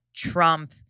Trump